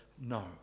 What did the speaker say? no